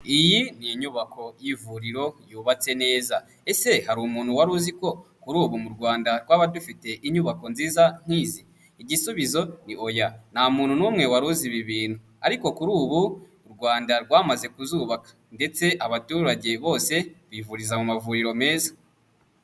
Iyi ni inyubako y'ivuriro yubatse neza. Ese hari umuntu wari uzi ko kuri ubu mu Rwanda twaba dufite inyubako nziza nk'izi? Igisubizo ni oya. Nta muntu n'umwe wari uzi ibi bintu, ariko kuri ubu u Rwanda rwamaze kuzubaka ndetse abaturage bose bivuriza mu mavuriro meza.